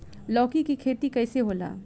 लौकी के खेती कइसे होला?